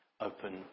open